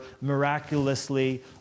miraculously